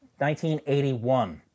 1981